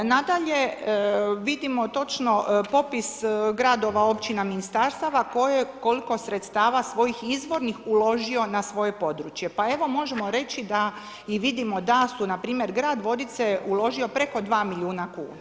Nadalje, vidimo točno popis gradova, općina, ministarstava tko je koliko sredstava svojih izvornih uložio na svoje područje, pa evo možemo reći i vidimo da su npr. grad Vodice uložio preko 2 milijuna kuna.